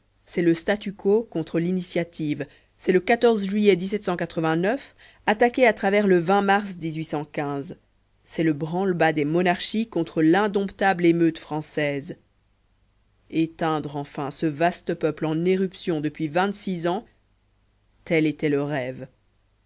c'est le statu quo contre l'initiative c'est le juillet attaqué à travers le mars c'est le branle-bas des monarchies contre l'indomptable émeute française éteindre enfin ce vaste peuple en éruption depuis vingt-six ans tel était le rêve